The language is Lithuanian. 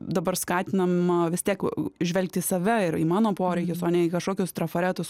dabar skatinama vis tiek žvelgti į save ir į mano poreikius o ne į kažkokius trafaretus